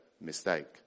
mistake